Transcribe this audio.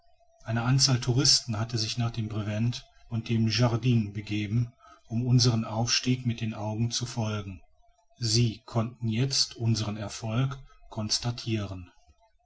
eine anzahl touristen hatten sich nach dem brevent und dem jardin begeben um unserem aufstieg mit den augen zu folgen sie konnten jetzt unseren erfolg constatiren